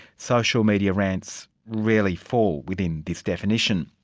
social media rants rarely fall within this definition.